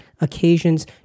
occasions